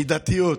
במידה.